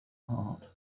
heart